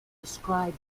described